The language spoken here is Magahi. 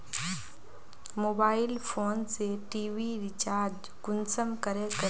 मोबाईल फोन से टी.वी रिचार्ज कुंसम करे करूम?